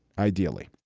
ideally